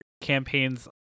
campaigns